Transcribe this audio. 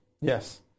Yes